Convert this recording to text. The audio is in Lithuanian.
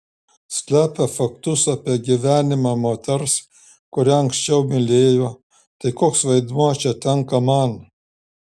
slepia faktus apie gyvenimą moters kurią anksčiau mylėjo tai koks vaidmuo čia tenka man